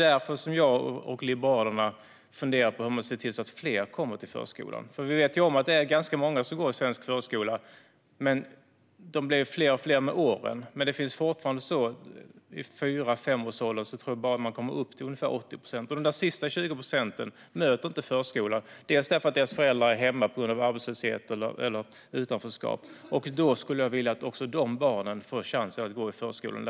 Därför funderar jag och Liberalerna på hur man kan se till att fler kommer till förskolan. Vi vet att det är ganska många som går i svensk förskola och att de blir fler och fler med åren, men man kommer fortfarande bara upp till ungefär 80 procent av barnen som är fyra fem år. De sista 20 procenten möter inte förskolan för att deras föräldrar är hemma på grund av arbetslöshet eller utanförskap. Jag skulle vilja att också de barnen får chansen att gå i förskolan.